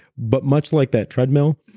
but much like that treadmill,